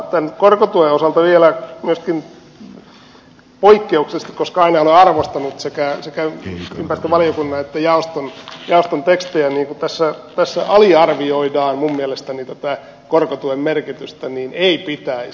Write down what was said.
tämän korkotuen osalta sanon vielä myöskin poikkeuksellisesti koska aina olen arvostanut sekä ympäristövaliokunnan että jaoston tekstejä että kun tässä aliarvioidaan minun mielestäni tätä korkotuen merkitystä niin ei pitäisi